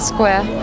Square